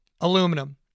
aluminum